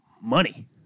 money